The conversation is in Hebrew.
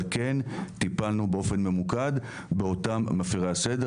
כן טיפלנו באופן ממוקד באותם מפרי הסדר.